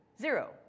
zero